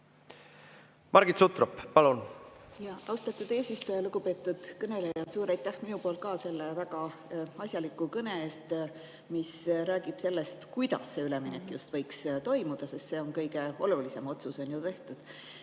Margit Sutrop, palun! Austatud eesistuja! Lugupeetud kõneleja, suur aitäh minu poolt ka selle väga asjaliku kõne eest, mis räägib sellest, kuidas see üleminek just võiks toimuda! See on kõige olulisem, otsus on ju tehtud.